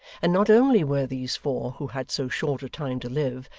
and not only were these four who had so short a time to live,